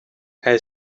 hij